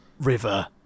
river